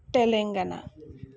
Telangana